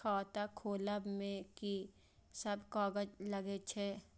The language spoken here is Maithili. खाता खोलब में की सब कागज लगे छै?